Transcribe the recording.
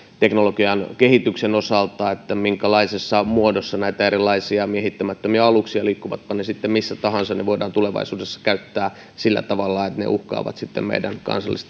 teknologian kehityksen osalta minkälaisessa muodossa näitä erilaisia miehittämättömiä aluksia liikkuvatpa ne sitten missä tahansa voidaan tulevaisuudessa käyttää sillä tavalla että ne uhkaavat meidän